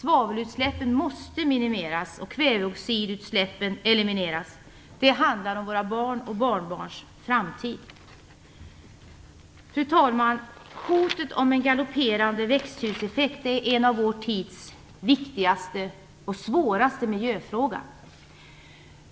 Svavelutsläppen måste minimeras och kväveoxidutsläppen elimineras. Det handlar om våra barns och barnbarns framtid. Fru talman! Hotet om en galopperande växthuseffekt är en av vår tids viktigaste och svåraste miljöfrågor.